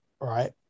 right